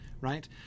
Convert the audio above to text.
right